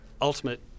ultimate